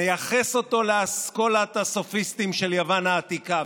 נייחס אותו לאסכולת הסופיסטים של יוון העתיקה,